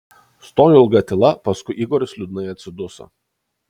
stojo ilga tyla paskui igoris liūdnai atsiduso